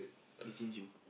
it change you